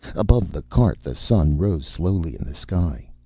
above the cart the sun rose slowly in the sky.